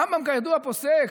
הרמב"ם כידוע פוסק